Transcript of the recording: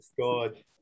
God